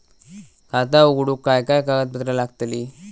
खाता उघडूक काय काय कागदपत्रा लागतली?